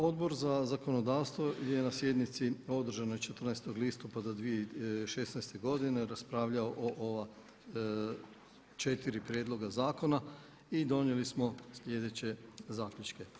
Odbor za zakonodavstvo je na sjednici održanoj 14. listopada 2016. godine raspravljao o ova četiri prijedloga zakona i donijeli smo sljedeće zaključke.